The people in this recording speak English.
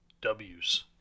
Ws